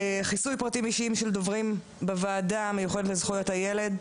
חיסוי פרטים אישיים של דוברים בוועדה המיוחדת לזכויות הילד.